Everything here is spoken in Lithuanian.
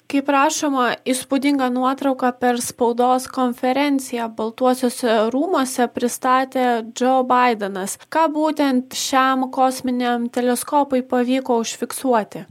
kaip rašoma įspūdingą nuotrauką per spaudos konferenciją baltuosiuose rūmuose pristatė džo baidenas ką būtent šiam kosminiam teleskopui pavyko užfiksuoti